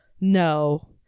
no